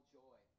joy